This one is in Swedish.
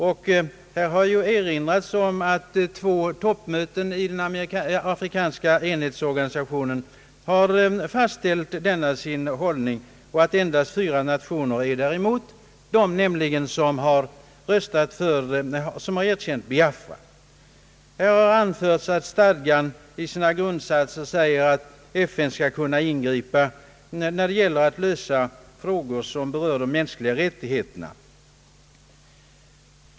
Det har här tidigare erinrats om att två toppmöten i den afrikanska enighetsorganisationen OAU har fastställt denna sin hållning och att endast fyra nationer gått emot det beslutet, nämligen de som har erkänt Biafra. Det har anförts att FN-stadgan i sina grundsatser :' fastställer att FN skall ingripa när det gäller att lösa frågor som berör de mänskliga rättigheterna.